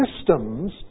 systems